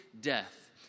death